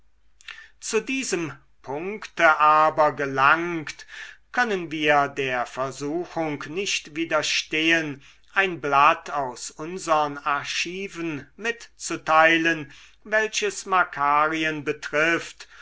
zu diesem punkte aber gelangt können wir der versuchung nicht widerstehen ein blatt aus unsern archiven mitzuteilen welches makarien betrifft